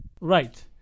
Right